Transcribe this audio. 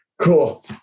Cool